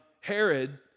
Herod